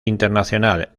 internacional